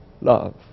love